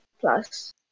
plus